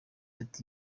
ati